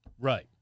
Right